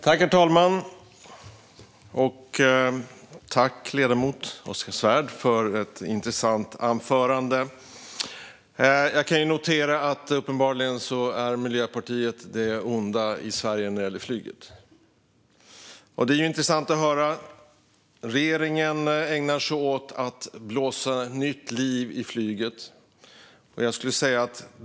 Herr talman! Tack, ledamoten Oskar Svärd, för ett intressant anförande! Jag noterar att Miljöpartiet uppenbarligen är det onda i Sverige när det gäller flyget. Det är intressant att höra att regeringen ägnar sig åt att blåsa nytt liv i flyget.